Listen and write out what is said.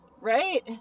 right